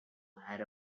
had